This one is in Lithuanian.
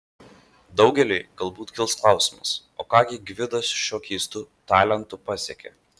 daugeliui galbūt kils klausimas o ką gi gvidas šiuo keistu talentu pasiekė